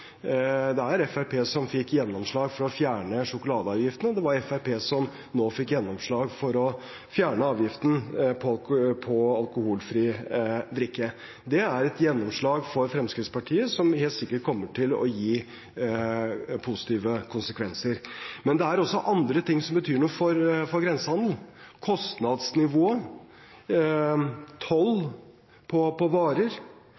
Det er Fremskrittspartiet som fikk gjennomslag for å fjerne sjokoladeavgiften, og det er Fremskrittspartiet som nå fikk gjennomslag for å fjerne avgiften på alkoholfri drikke. Det er et gjennomslag for Fremskrittspartiet som helt sikkert kommer til å gi positive konsekvenser. Men det er også andre ting som betyr noe for grensehandelen – kostnadsnivået, toll på varer,